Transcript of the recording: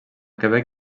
quebec